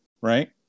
right